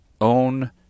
own